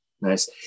nice